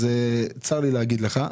אז צר לי להגיד לך,